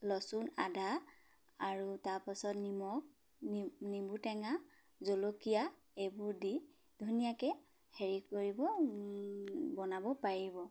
লচুন আদা আৰু তাৰাপাছত নিমখ নিম্বু টেঙা জলকীয়া এইবোৰ দি ধুনীয়াকৈ হেৰি কৰিব বনাব পাৰিব